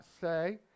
say